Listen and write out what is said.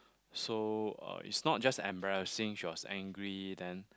so uh it's not just embarrassing she was angry then